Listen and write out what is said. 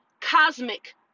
cosmic